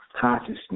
consciousness